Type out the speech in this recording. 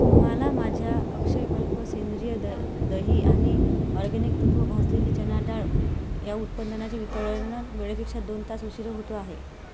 तुम्हाला माझ्या अक्षयकल्प सेंद्रिय द दही आणि ऑर्गेनिक तत्व भाजलेली चणाडाळ या उत्पादनाचे वितरणात वेळेपेक्षा दोन तास उशीर होतो आहे